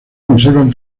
conservan